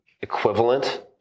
equivalent